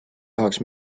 tahaks